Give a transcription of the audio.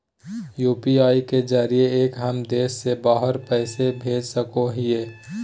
UPI के जरिए का हम देश से बाहर पैसा भेज सको हियय?